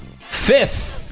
fifth